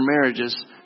marriages